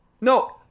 No